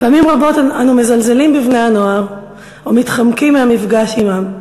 פעמים רבות אנו מזלזלים בבני-הנוער ומתחמקים מהמפגש עמם.